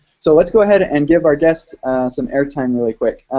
so let's go ahead and give our guest some airtime really quick.